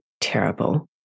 terrible